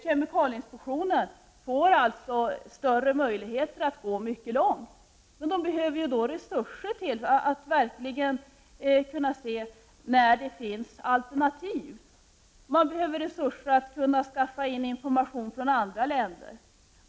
Kemikalieinspektionen får alltså större möjligheter att gå mycket långt. Men den behöver resurser för att verkligen kunna se om det finns alternativ. Man behöver resurser för att skaffa information från andra länder.